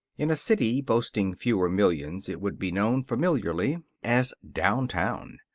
in a city boasting fewer millions, it would be known familiarly as downtown.